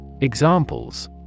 Examples